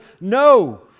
no